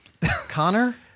Connor